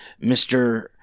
Mr